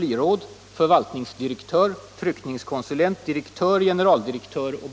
I Libers styrelse har vi direktör, direktör, maskinsättare, riksdagsledamot, kansliråd, förvaltningsdirektör, tryckningskonsulent, direktör, generaldirektör och